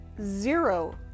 zero